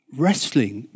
wrestling